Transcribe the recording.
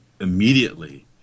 immediately